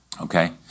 Okay